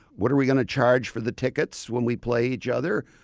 what are we going to charge for the tickets when we play each other?